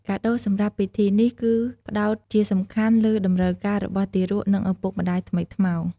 កាដូសម្រាប់ពិធីនេះ គឺផ្តោតជាសំខាន់លើតម្រូវការរបស់ទារក និងឪពុកម្តាយថ្មីថ្មោង។